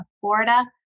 Florida